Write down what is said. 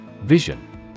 Vision